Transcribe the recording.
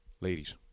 Ladies